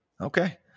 Okay